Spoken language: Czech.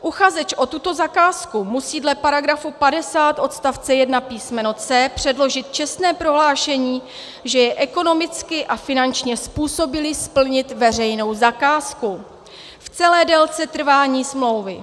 Uchazeč o tuto zakázku musí dle § 50 odst. 1 písm. c) předložit čestné prohlášení, že je ekonomicky a finančně způsobilý splnit veřejnou zakázku v celé délce trvání smlouvy.